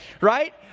right